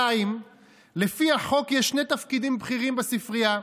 2. לפי החוק, יש שני תפקידים בכירים בספרייה: